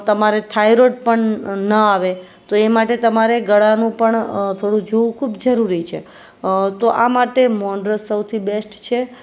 તમારે થાઇરોઇડ પણ ન આવે તો એ માટે તમારે ગળાનું પણ થોડું જોવું ખૂબ જરૂરી છે તો આ માટે મૌન વ્રત સૌથી બેસ્ટ છે